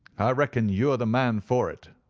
i reckon you are the man for it,